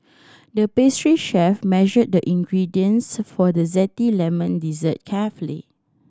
the pastry chef measured the ingredients for the zesty lemon dessert carefully